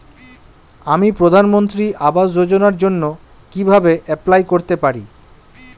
আমি প্রধানমন্ত্রী আবাস যোজনার জন্য কিভাবে এপ্লাই করতে পারি?